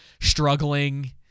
struggling